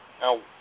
Now